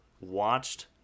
watched